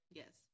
yes